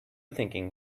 thinking